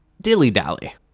dilly-dally